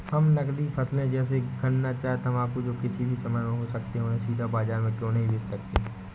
हम नगदी फसल जैसे गन्ना चाय तंबाकू जो किसी भी समय में हो सकते हैं उन्हें सीधा बाजार में क्यो नहीं बेच सकते हैं?